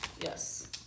Yes